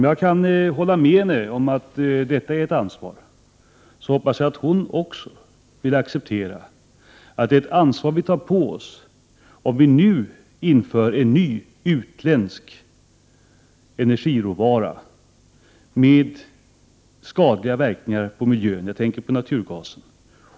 Jag kan hålla med Gudrun Schyman om att detta utgör ett ansvar, men jag hoppas att Gudrun Schyman också vill acceptera att det är ett ansvar vi tar på oss om vi nu inför en ny utländsk energiråvara med skadliga verkningar på miljön — jag tänker här på naturgasen.